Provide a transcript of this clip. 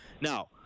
now